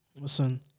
Listen